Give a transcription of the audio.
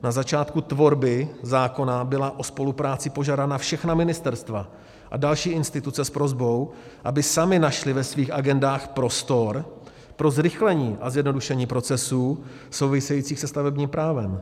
Na začátku tvorby zákona byla o spolupráci požádána všechna ministerstva a další instituce s prosbou, aby samy našly ve svých agendách prostor pro zrychlení a zjednodušení procesů souvisejících se stavebním právem.